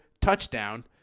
touchdown